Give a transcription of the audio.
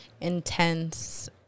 intense